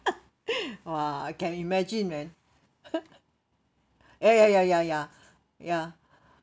!wah! I can imagine man ya ya ya ya ya ya